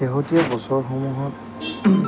শেহতীয়া বছৰসমূহত